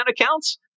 accounts